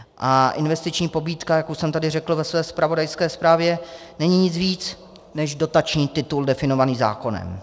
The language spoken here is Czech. A investiční pobídka, jak už jsem tady řekl ve své zpravodajské zprávě, není nic víc než dotační titul definovaný zákonem.